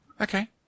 Okay